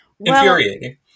Infuriating